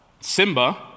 Simba